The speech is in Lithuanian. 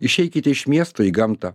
išeikite iš miesto į gamtą